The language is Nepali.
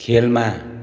खेलमा